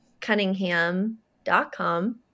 cunningham.com